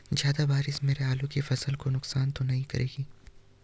ज़्यादा बारिश मेरी आलू की फसल को नुकसान तो नहीं करेगी?